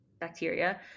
bacteria